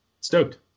stoked